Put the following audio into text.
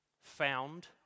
found